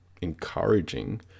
encouraging